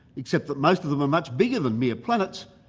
except that most of them are much bigger than mere planets,